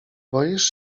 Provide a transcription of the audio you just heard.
boisz